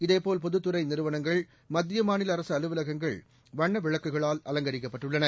இதேபோல் பொதுத்துறை நிறுவனங்கள் மத்திய மாநில அரசு அலுவலகங்கள் வண்ண விளக்குகளால் அலங்கரிக்கப்பட்டுள்ளன